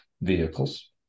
vehicles